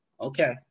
okay